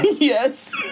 Yes